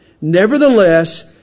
Nevertheless